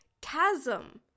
chasm